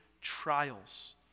trials